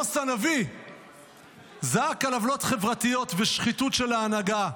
עמוס הנביא זעק על עוולות חברתיות ושחיתות של ההנהגה.